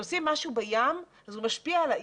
כשעושים משהו בים, הוא משפיע על העיר.